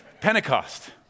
Pentecost